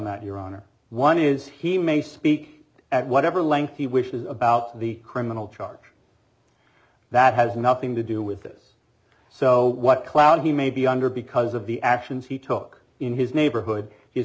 that your honor one is he may speak at whatever length he wishes about the criminal charge that has nothing to do with this so what clout he may be under because of the actions he took in his neighborhood he